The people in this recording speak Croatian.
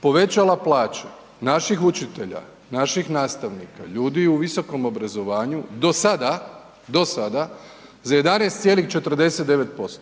povećala plaće naših učitelja, naših nastavnika, ljudi u visokom obrazovanju do sada, do sada za 11,49%.